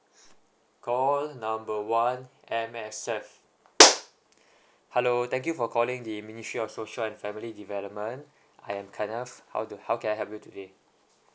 call number one M_S_F hello thank you for calling the ministry of social and family development I am kenneth how do how can I help you today